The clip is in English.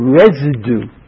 residue